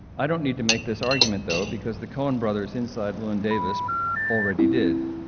i don't need to make this argument, though, because the coen brothers' inside llewyn davis already did,